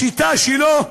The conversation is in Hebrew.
הבנו את השיטה שלו,